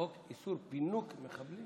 חוק איסור פינוק מחבלים?